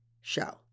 show